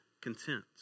content